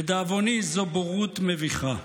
לדאבוני, זו בורות מביכה.